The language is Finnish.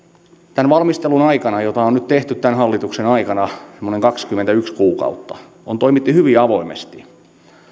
tämän valmistelun aikana jota on nyt tehty tämän hallituksen aikana semmoiset kaksikymmentäyksi kuukautta on toimittu hyvin avoimesti